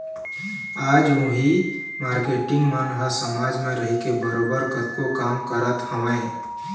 आज उही मारकेटिंग मन ह समाज म रहिके बरोबर कतको काम करत हवँय